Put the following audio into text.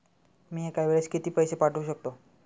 मी एका वेळेस किती पैसे पाठवू शकतो?